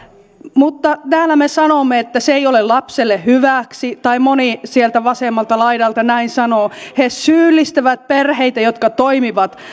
mutta täällä me sanomme että se ei ole lapselle hyväksi tai moni sieltä vasemmalta laidalta näin sanoo he syyllistävät perheitä jotka toimivat